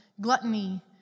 gluttony